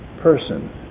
person